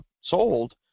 sold